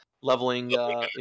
leveling